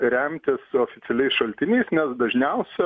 remtis oficialiais šaltiniais nes dažniausia